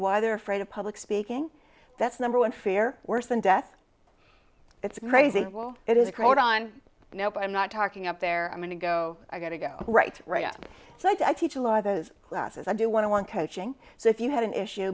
why they're afraid of public speaking that's number one fear worse than death it's crazy it is a proton nope i'm not talking up there i'm going to go i've got to go right right so i teach a lot of those classes i do want to want coaching so if you have an issue